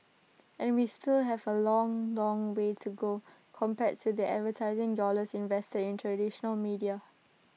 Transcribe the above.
and we still have A long long way to go compared to the advertising dollars invested in traditional media